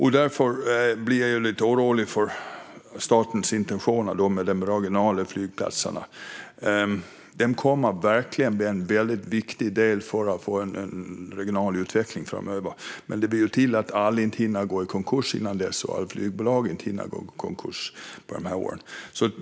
Därför blir jag lite orolig över statens intentioner med de regionala flygplatserna. De kommer verkligen att bli en väldigt viktig del för att få en regional utveckling framöver. Men det vill till att inte alla flygplatser och flygbolag hinner gå i konkurs innan dess.